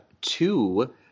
two